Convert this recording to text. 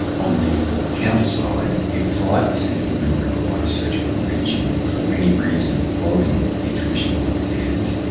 on the counter side, if five percent of women required a surgical intervention for any reason following the traditional repairs,